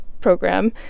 Program